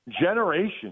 generations